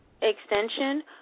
extension